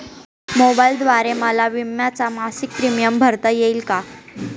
मोबाईलद्वारे मला विम्याचा मासिक प्रीमियम भरता येईल का?